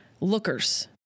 lookers